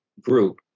group